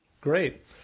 Great